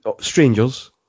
Strangers